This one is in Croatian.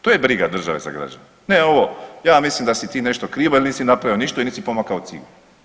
To je briga države za građane, ne ovo ja mislim da si ti nešto kriva ili nisi napravio ništa ili nisi pomaknuo ciglu.